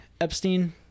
Epstein